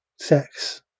sex